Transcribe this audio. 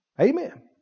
Amen